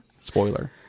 Spoiler